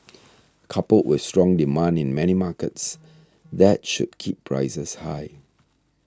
coupled with strong demand in many markets that should keep prices high